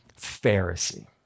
Pharisee